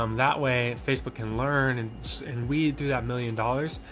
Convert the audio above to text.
um that way facebook can learn and and we do that million dollars.